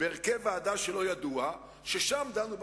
בהרכב ועדה שלא ידוע, ושם דנו בתקציב.